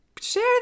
share